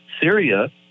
Syria